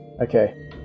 Okay